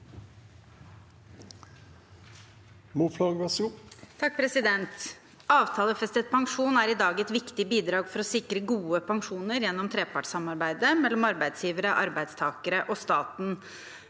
Moflag (A) Avtalefestet pensjon er i dag et viktig bidrag for å sikre gode pensjoner gjennom trepartssamarbeidet mellom arbeidsgivere, arbeidstakere og staten.